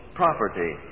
property